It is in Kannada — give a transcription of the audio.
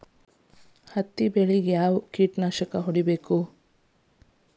ಹತ್ತಿ ಬೆಳೇಗ್ ಯಾವ್ ಕೇಟನಾಶಕ ಹೋಡಿಬೇಕು?